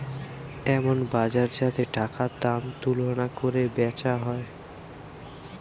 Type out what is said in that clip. এমন বাজার যাতে টাকার দাম তুলনা কোরে বেচা হয়